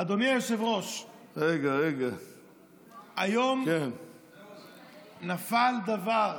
אדוני היושב-ראש, היום נפל דבר.